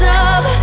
up